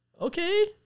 okay